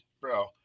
bro